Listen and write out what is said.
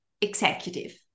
executive